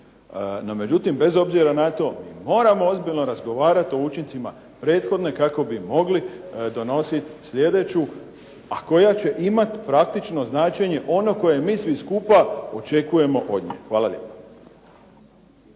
No, međutim bez obzira na to, moramo ozbiljno razgovarati o učincima prethodne kako bi mogli donositi sljedeću, a koja će imati praktično značenje ono koje mi svi skupa očekujemo od nje. Hvala lijepo.